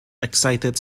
excited